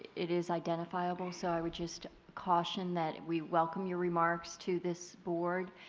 it is identifiable so i would just caution that and we welcome your remarks to this board,